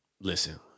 listen